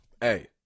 hey